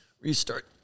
Restart